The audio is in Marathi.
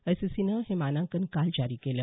आयसीसीनं हे मानांकन काल जारी केलं